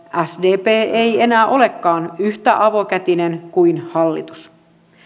sdp ei enää olekaan yhtä avokätinen kuin hallitus